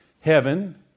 heaven